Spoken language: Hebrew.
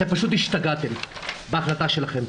אתם פשוט השתגעתם בהחלטה שלכם.